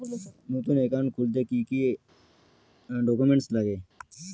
নতুন একাউন্ট খুলতে কি কি ডকুমেন্ট লাগে?